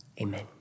Amen